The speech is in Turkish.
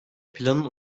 planın